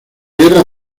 guerra